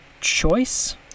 choice